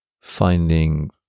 Finding